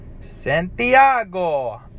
Santiago